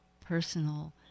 personal